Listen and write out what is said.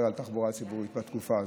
עליו בתחבורה הציבורית בתקופה הזאת.